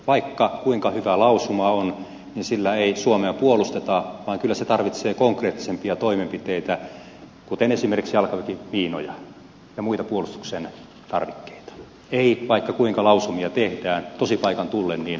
vaikka kuinka hyvä lausuma on niin sillä ei suomea puolusteta vaan kyllä se tarvitsee konkreettisempia toimenpiteitä kuten esimerkiksi jalkaväkimiinoja ja muita puolustuksen tarvikkeita ei vaikka kuinka lausumia tehdään tosipaikan tullen ne ovat vain lausumia